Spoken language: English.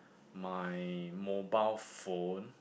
my mobile phone